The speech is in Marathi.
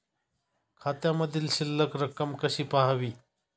खात्यामधील शिल्लक रक्कम कशी पहावी?